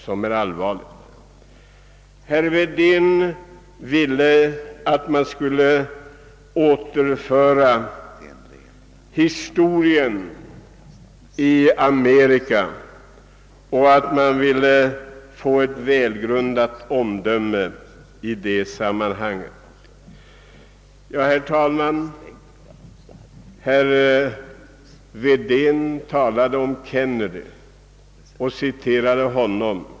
Herr Wedén ansåg att man, för att göra en välgrundad bedömning i denna fråga, måste gå tillbaka till Amerikas historia. Herr Wedén citerade Kennedy.